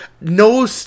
no